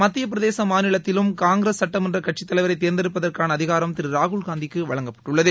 மத்தியப்பிரதேச மாநிலத்திலும் காங்கிரஸ் சட்டமன்ற கட்சித்தலைவரை தேர்ந்தெடுப்பதற்கான அதிகாரம் திரு ராகுல்காந்திக்கு வழங்கப்பட்டுள்ளது